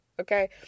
Okay